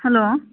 hello